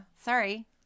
Sorry